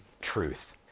truth